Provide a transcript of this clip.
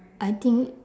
I think